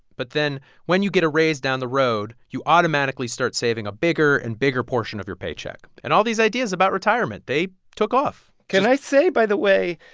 but then when you get a raise down the road, you automatically start saving a bigger and bigger portion of your paycheck. and all these ideas about retirement, they took off can i say, by the way,